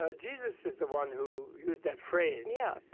ah jesus is the one who used that phrase, yeah,